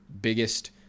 biggest